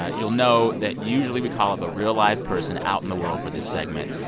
ah you'll know that, usually, we call up a real, live person out in the world for this segment.